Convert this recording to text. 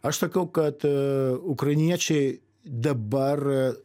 aš sakau kad ukrainiečiai dabar